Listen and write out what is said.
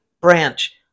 branch